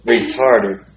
Retarded